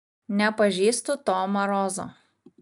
nepažįstu to marozo